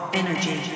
energy